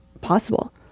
possible